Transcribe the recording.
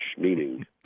meaning